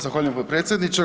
Zahvaljujem potpredsjedniče.